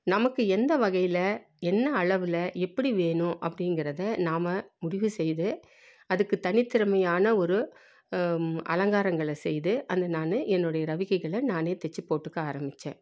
நமக்கு எந்த வகையில் என்ன அளவில் எப்படி வேணும் அப்படிங்கறத நாம முடிவு செய்து அதுக்கு தனித்திறமையான ஒரு அலங்காரங்களை செய்து அந்த நான் என்னுடைய ரவிக்கைகளை நானே தச்சி போட்டுக்க ஆரம்பிச்சேன்